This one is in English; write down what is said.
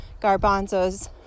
garbanzos